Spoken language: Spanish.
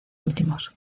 últimos